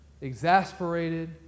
exasperated